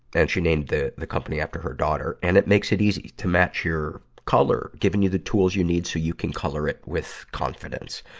and she named the, the company after her daughter. and it makes it easy to match your color, giving you the tools you need so you can color it with confidence.